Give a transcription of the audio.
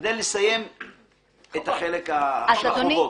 כדי לסיים את החלק של החובות.